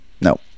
No